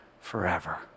forever